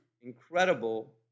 incredible